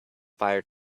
fire